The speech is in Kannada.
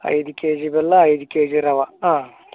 ಐದು ಕೆಜಿ ಬೆಲ್ಲ ಐದು ಕೆಜಿ ರವೆ ಹಾಂ